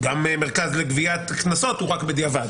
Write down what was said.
גם מרכז לגביית קנסות הוא רק בדיעבד.